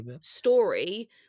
story